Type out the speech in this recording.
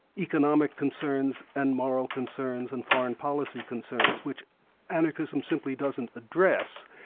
economic concerns and moral concerns and foreign policy concerns, which anarchism simply doesn't address.